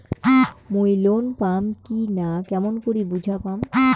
মুই লোন পাম কি না কেমন করি বুঝা পাম?